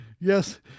yes